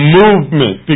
movement